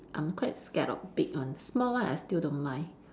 I'm quite scared of big one small one I still don't mind